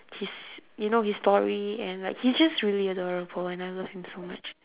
his you know his story and like he's just really adorable and I love him so much